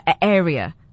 area